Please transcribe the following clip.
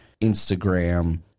Instagram